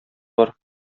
бар